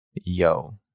Yo